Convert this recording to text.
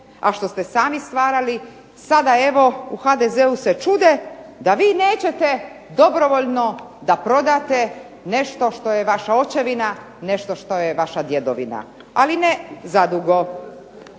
a što ste sami stvarali, sada evo u HDZ-u se čude da vi nećete dobrovoljno da prodate nešto što je vaša očevina, nešto što je vaša djedovina. Ali ne zadugo.